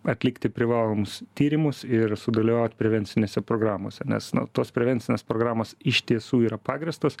atlikti privalomus tyrimus ir sudalyvaut prevencinėse programose nes na tos prevencinės programos iš tiesų yra pagrįstos